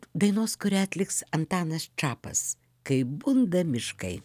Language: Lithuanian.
dainos kurią atliks antanas čapas kaip bunda miškai